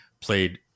played